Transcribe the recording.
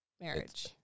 marriage